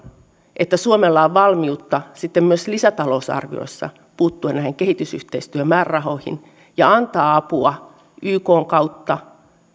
että suomella on valmiutta sitten myös lisätalousarvioissa puuttua näihin kehitysyhteistyömäärärahoihin ja antaa apua ykn kautta